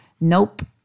Nope